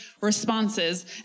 responses